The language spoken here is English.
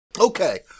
Okay